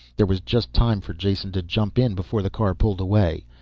there was just time for jason to jump in before the car pulled away.